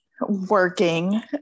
Working